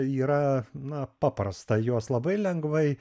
yra na paprasta jos labai lengvai